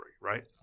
right